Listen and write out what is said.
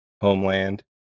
homeland